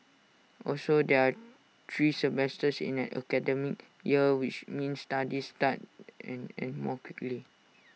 also there're three semesters in an academic year which means studies start and end more quickly